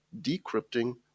decrypting